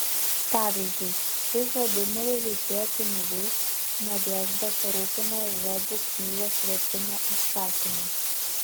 pavyzdžiui kai vladimirui reikėjo pinigų nadežda parūpino vebų knygos vertimo užsakymą